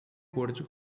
gordo